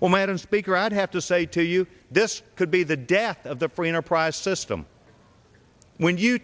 well madam speaker i'd have to say to you this could be the death of the free enterprise system when you